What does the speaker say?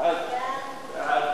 ההצעה להעביר את הנושא